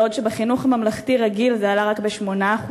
בעוד שבחינוך ממלכתי רגיל הוא עלה רק ב-8%,